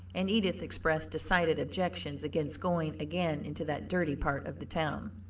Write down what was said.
and edith expressed decided objections against going again into that dirty part of the town.